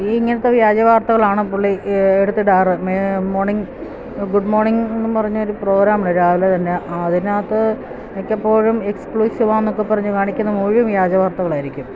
ഈ ഇങ്ങനത്തെ വ്യാജ വാർത്തകളാണ് പുള്ളി എടുത്തിടാറ് മോർണിംഗ് ഗുഡ് മോർണിംഗ് എന്ന് പറഞ്ഞൊരു പ്രോഗ്രാമുണ്ട് രാവിലെത്തന്നെ അതിനകത്ത് മിക്കപ്പോഴും എക്സ്ക്ലൂസീവാണെന്നൊക്കെ പറഞ്ഞ് കാണിക്കുന്നത് മുഴുവനും വ്യാജ വാർത്തകളായിരിക്കും